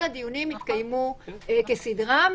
כל הדיונים יתקיימו כסדרם,